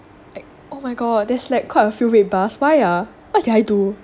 like oh my god there is like quite a few red bars why ah what can I do